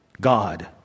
God